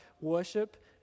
worship